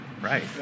Right